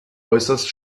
äußerst